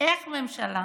איך ממשלה